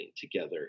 together